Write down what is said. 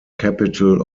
capital